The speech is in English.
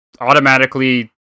automatically